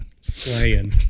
Slaying